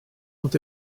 dont